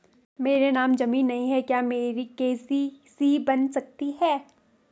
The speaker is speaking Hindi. मेरे नाम ज़मीन नहीं है क्या मेरी के.सी.सी बन सकती है?